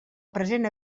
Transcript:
present